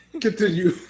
continue